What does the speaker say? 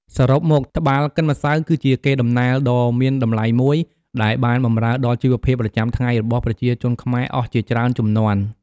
សរុបមក ត្បាល់កិនម្សៅគឺជាកេរដំណែលដ៏មានតម្លៃមួយ ដែលបានបម្រើដល់ជីវភាពប្រចាំថ្ងៃរបស់ប្រជាជនខ្មែរអស់ជាច្រើនជំនាន់។